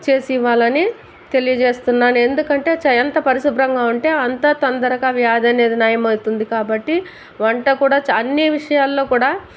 చేసి ఇవ్వాలని తెలియజేస్తున్నాను ఎందుకంటే చేయ్యి ఎంత పరిశుభ్రంగా ఉంటే అంతే తొందరగా వ్యాధి అనేది నయమవుతుంది కాబట్టి వంట కూడా చ అన్నీ విషయాలలో కూడా